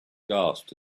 gasped